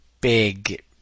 big